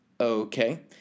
Okay